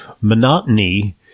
monotony